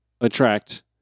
attract